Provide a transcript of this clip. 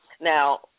Now